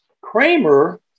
Kramer